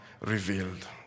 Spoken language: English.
revealed